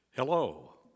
Hello